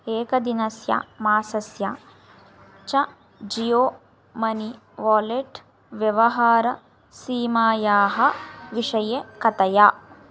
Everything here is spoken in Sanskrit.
एकदिनस्य मासस्य च जीयो मनी वालेट् व्यवहारसीमायाः विषये कथय